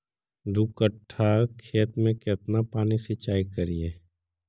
दू कट्ठा खेत में केतना पानी सीचाई करिए?